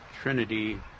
Trinity